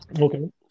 Okay